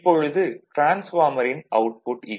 இப்பொழுது டிரான்ஸ்பார்மரின் output V2 I2 cos ∅2